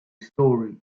story